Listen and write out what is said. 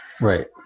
Right